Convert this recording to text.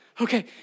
Okay